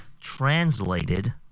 Translated